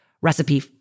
recipe